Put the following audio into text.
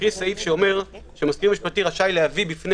סעיף שאומר שמזכיר משפטי רשאי להביא בפני